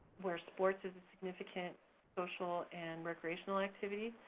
where sports is a significant social and recreational activity,